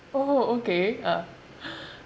oh okay uh